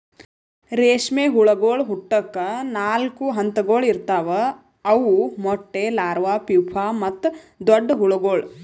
ರೇಷ್ಮೆ ಹುಳಗೊಳ್ ಹುಟ್ಟುಕ್ ನಾಲ್ಕು ಹಂತಗೊಳ್ ಇರ್ತಾವ್ ಅವು ಮೊಟ್ಟೆ, ಲಾರ್ವಾ, ಪೂಪಾ ಮತ್ತ ದೊಡ್ಡ ಹುಳಗೊಳ್